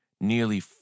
nearly